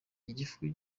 igifu